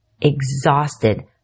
exhausted